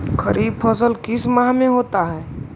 खरिफ फसल किस माह में होता है?